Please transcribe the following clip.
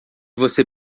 você